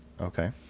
Okay